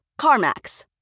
CarMax